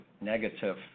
negative